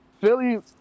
Philly